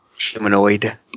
Humanoid